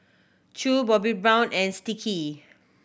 Chew Bobbi Brown and Sticky